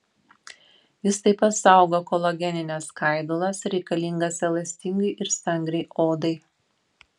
jis taip pat saugo kolagenines skaidulas reikalingas elastingai ir stangriai odai